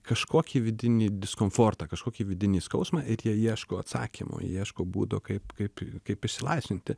kažkokį vidinį diskomfortą kažkokį vidinį skausmą ir jie ieško atsakymo jie ieško būdo kaip kaip kaip išsilaisvinti